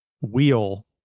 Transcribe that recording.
wheel